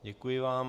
Děkuji vám.